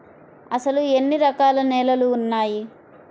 అసలు ఎన్ని రకాల నేలలు వున్నాయి?